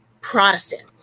protestant